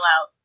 out